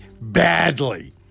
Badly